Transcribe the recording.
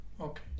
Okay